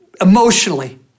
emotionally